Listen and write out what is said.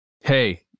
Hey